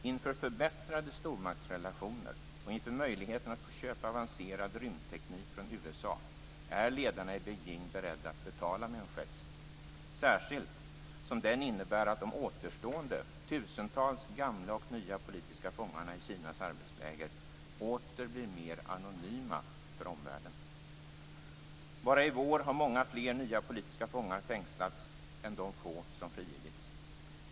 Inför förbättrade stormaktsrelationer och möjligheten att få köpa avancerad rymdteknik från USA är ledarna i Beijing beredda att betala med en gest, särskilt som det innebär att de återstående tusentals gamla och nya politiska fångarna i Kinas arbetsläger åter blir mer anonyma för omvärlden. Bara i vår har många fler nya politiska fångar fängslats än de få som frigivits.